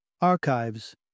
Archives